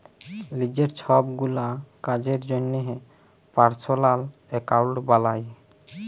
লিজের ছবগুলা কাজের জ্যনহে পার্সলাল একাউল্ট বালায়